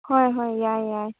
ꯍꯣꯏ ꯍꯣꯏ ꯌꯥꯏ ꯌꯥꯏ